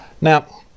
Now